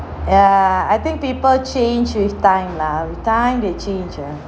ya I think people change with time lah with time they change ah